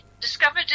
discovered